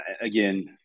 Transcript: again